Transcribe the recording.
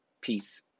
Peace